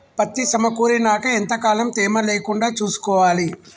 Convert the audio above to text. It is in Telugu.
పత్తి సమకూరినాక ఎంత కాలం తేమ లేకుండా చూసుకోవాలి?